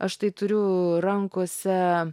aš tai turiu rankose